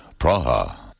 Praha